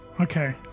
Okay